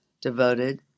devoted